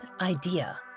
idea